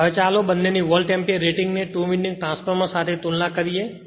હવે ચાલો બંને ની વોલ્ટ એમ્પીયર રેટિંગને ટુ વિન્ડિંગ ટ્રાન્સફોર્મર સાથે તુલના કરીએ